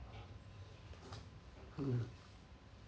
mm mm